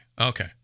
Okay